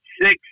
six